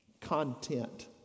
content